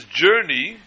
journey